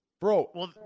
bro